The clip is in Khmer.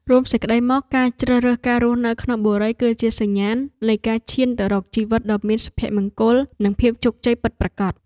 រួមសេចក្តីមក ការជ្រើសរើសការរស់នៅក្នុងបុរីគឺជាសញ្ញាណនៃការឈានទៅរកជីវិតដ៏មានសុភមង្គលនិងភាពជោគជ័យពិតប្រាកដ។